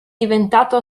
diventato